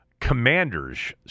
commanders